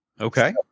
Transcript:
Okay